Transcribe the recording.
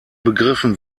begriffen